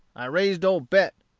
i raised old bet,